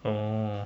oh